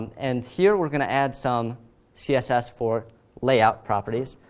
and here we're going to add some css for layout properties.